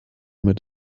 mit